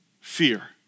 fear